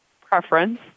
preference